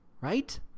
right